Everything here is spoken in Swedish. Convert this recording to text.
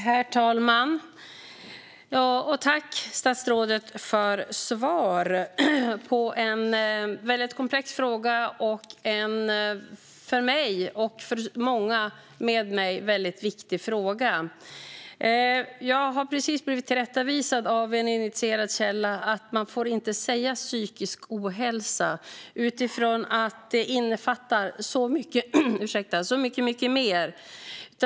Herr talman! Tack, statsrådet, för svaret på en komplex och för mig och många med mig viktig fråga! Jag har precis blivit tillrättavisad av en initierad källa: Man får inte säga "psykisk ohälsa". Detta utifrån att det innefattar så mycket mer.